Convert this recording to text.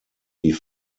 die